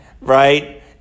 right